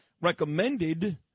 recommended